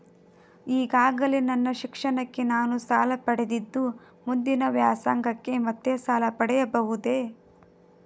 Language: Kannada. ಈಗಾಗಲೇ ನನ್ನ ಶಿಕ್ಷಣಕ್ಕೆ ನಾನು ಸಾಲ ಪಡೆದಿದ್ದು ಮುಂದಿನ ವ್ಯಾಸಂಗಕ್ಕೆ ಮತ್ತೆ ಸಾಲ ಪಡೆಯಬಹುದೇ?